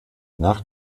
nach